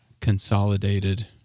consolidated